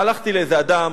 הלכתי לאיזה אדם,